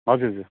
हजुर हजुर